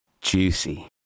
juicy